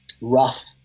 rough